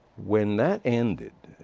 when that ended,